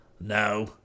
No